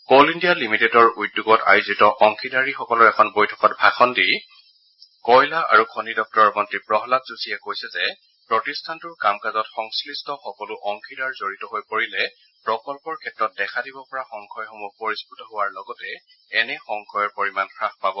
কোল India লিমিটেডৰ উদ্যোগত আয়োজিত অংশীদাৰসকলৰ এখন বৈঠকত ভাষণ দি কয়লা আৰু খনি দপ্তৰৰ মন্ত্ৰী প্ৰহ্মাদ যোশীয়ে কৈছে যে প্ৰতিষ্ঠানটোৰ কাম কাজত সংশ্লিষ্ট সকলো অংশীদাৰ জড়িত হৈ পৰিলে প্ৰকল্পৰ ক্ষেত্ৰত দেখা দিব পৰা সংশয়সমূহ পৰিস্ফৃত হোৱাৰ লগতে এনে সংশয়ৰ পৰিমাণ হাস পাব